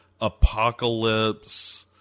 apocalypse